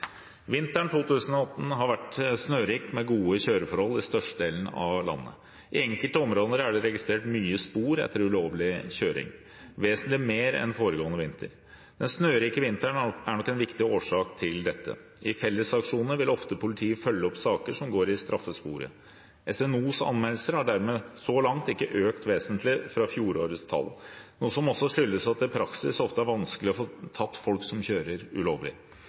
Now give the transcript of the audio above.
Vinteren 2018 har vært snørik med gode kjøreforhold i størstedelen av landet. I enkelte områder er det registrert mye spor etter ulovlig kjøring, vesentlig mer enn foregående vinter. Den snørike vinteren er nok en viktig årsak til dette. I fellesaksjoner vil ofte politiet følge opp saker som går i straffesporet. SNOs anmeldelser har dermed så langt ikke økt vesentlig fra fjorårets tall, noe som også skyldes at det i praksis ofte er vanskelig å få tatt folk som kjører ulovlig,